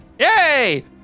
Yay